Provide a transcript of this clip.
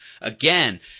again